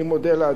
אני מודה לאדוני.